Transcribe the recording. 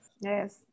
Yes